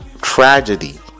tragedy